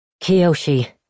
Kiyoshi